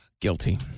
Guilty